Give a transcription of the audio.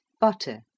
butter